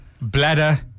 bladder